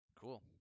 Cool